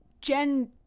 Jen